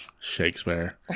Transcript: Shakespeare